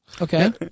Okay